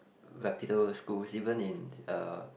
reputable schools even in uh